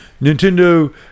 Nintendo